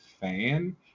fan